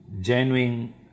genuine